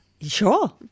Sure